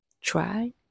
try